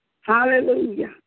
hallelujah